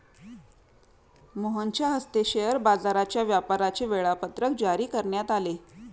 मोहनच्या हस्ते शेअर बाजाराच्या व्यापाराचे वेळापत्रक जारी करण्यात आले